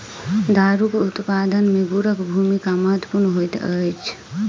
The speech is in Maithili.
दारूक उत्पादन मे गुड़क भूमिका महत्वपूर्ण होइत अछि